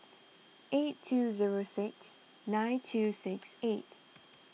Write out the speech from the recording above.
eight two zero six nine two six eight